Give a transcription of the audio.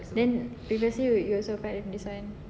then previously you also apply this [one]